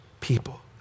people